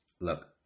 Look